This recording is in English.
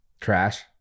Trash